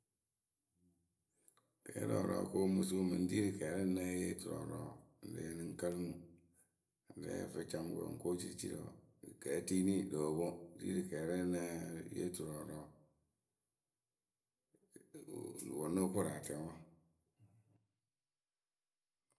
kɛɛrɔɔrɔɔ ko mɨ suu mɨ ri rɨ kɛɛrɛ née yee turɔɔrɔ ŋlë ǝ lɨŋ kǝlɨ mɨ ŋwɨ. ne yee ǝfɨcamɨkǝ wɨ ŋ ko ciriciri kɛɛtiini loo poŋ ri rɨ kɛɛyǝ rɛ yee turɔɔrɔɔ, wǝ nóo koru atɛŋ wǝ